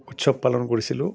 উৎসৱ পালন কৰিছিলোঁ